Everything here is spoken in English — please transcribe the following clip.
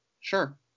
Sure